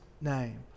name